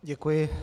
Děkuji.